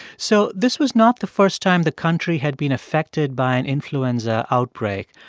so this was not the first time the country had been affected by an influenza outbreak.